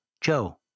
Joe